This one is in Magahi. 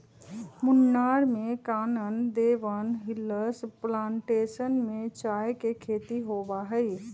मुन्नार में कानन देवन हिल्स प्लांटेशन में चाय के खेती होबा हई